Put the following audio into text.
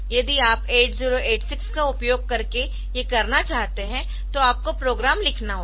यदि आप 8086 का उपयोग करके ये करना चाहते है तो आपको प्रोग्राम लिखना होगा